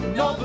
no